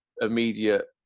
immediate